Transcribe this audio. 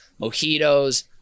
mojitos